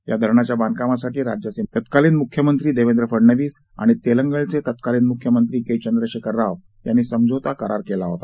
या धरणाच्या बांधकामासाठी राज्याचे तत्कालीन मुख्यनंत्री देवेंद्र फडणवीस आणि तेलंगणचे तत्कालीन मुख्यमंत्री के चंद्रशेखर राव यांनी समझोता करार केला होता